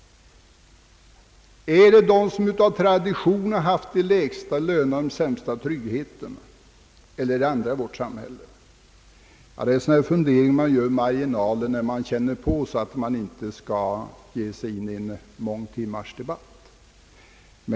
Är det de som av tradition har haft de lägsta lönerna och den sämsta tryggheten, eller är det andra i vårt samhälle? Sådana funderingar kan man göra i marginalen när man känner på sig att man inte skall ge sig in på en mångtimmarsdebatt.